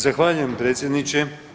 Zahvaljujem predsjedniče.